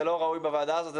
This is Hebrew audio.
זה לא ראוי בוועדה הזאת,